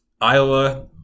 Iowa